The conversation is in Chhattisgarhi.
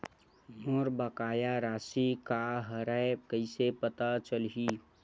मोर बकाया राशि का हरय कइसे पता चलहि?